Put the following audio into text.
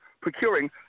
procuring